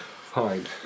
Fine